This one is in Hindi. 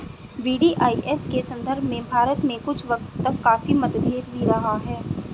वी.डी.आई.एस के संदर्भ में भारत में कुछ वक्त तक काफी मतभेद भी रहा है